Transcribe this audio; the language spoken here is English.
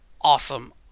awesome